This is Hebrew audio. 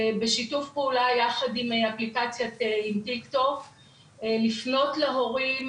בשיתוף פעולה יחד עם אפליקציית טיק טוק והמטרה שלו היא לפנות להורים,